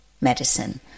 medicine